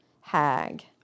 hag